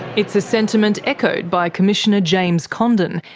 it's a sentiment echoed by commissioner james condon,